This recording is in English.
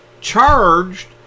charged